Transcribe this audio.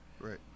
right